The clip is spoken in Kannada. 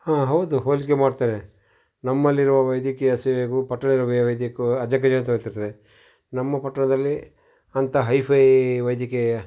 ಹಾಂ ಹೌದು ಹೋಲಿಕೆ ಮಾಡುತ್ತೇನೆ ನಮ್ಮಲ್ಲಿರುವ ವೈದ್ಯಕೀಯ ಸೇವೆಗೂ ಪಟ್ಟಣದ ವೈದ್ಯಕೀಯ ಸೇವೆಗೂ ಅಜಗಜಾಂತರ ವ್ಯತ್ಯಾಸವಿದೆ ನಮ್ಮ ಪಟ್ಟಣದಲ್ಲಿ ಅಂಥ ಹೈಫೈ ವೈದ್ಯಕೀಯ